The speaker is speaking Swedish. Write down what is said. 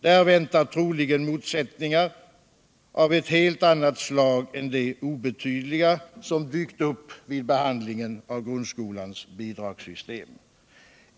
Där väntar troligen motsättningar av ett helt annat slag än "de obetydliga som dykt upp vid behandlingen av grundskolans bidragssystem.